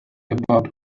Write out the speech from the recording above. about